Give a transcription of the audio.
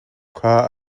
kha